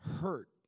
hurt